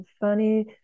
funny